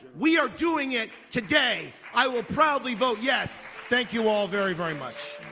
we are doing it today i will proudly vote yes. thank you all very very much